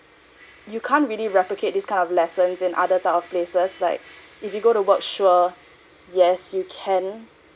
you can't really replicate these kind of lessons in other type of places like if you go to work sure yes you can